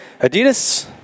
Adidas